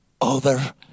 over